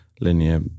linear